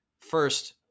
First